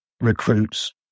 recruits